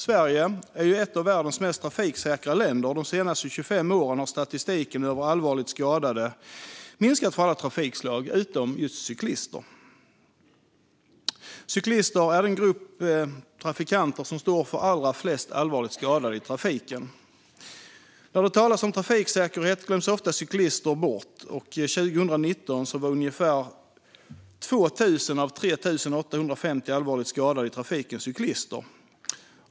Sverige är ett av världens mest trafiksäkra länder, och de senaste 25 åren har statistiken över allvarligt skadade minskat för alla trafikslag utom för just cyklister. Cyklister är den grupp trafikanter där allra flest skadas allvarligt i trafiken. När det talas om trafiksäkerhet glöms cyklister ofta bort. År 2019 var ungefär 2 000 av 3 850 allvarligt skadade i trafiken cyklister.